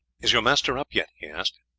is your master up yet? he asked.